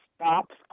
stops